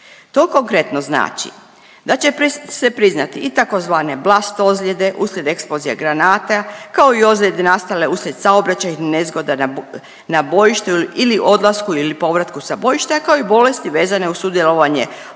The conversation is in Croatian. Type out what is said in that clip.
To konkretno znači da će se priznati i tzv. blast ozljede uslijed eksplozija granata, kao i ozljede nastale uslijed saobraćajnih nezgoda na bojištu ili odlasku ili povratku sa bojišta, kao i bolesti vezane uz sudjelovanje